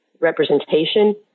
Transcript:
representation